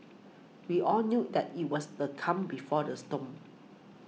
we all knew that it was the calm before the storm